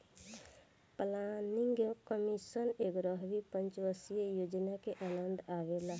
planning commission एग्यारहवी पंचवर्षीय योजना के अन्दर आवेला